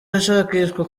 ashakishwa